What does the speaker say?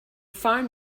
phone